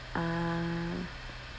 ah